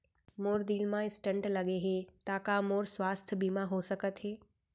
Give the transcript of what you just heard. मोर दिल मा स्टन्ट लगे हे ता का मोर स्वास्थ बीमा हो सकत हे?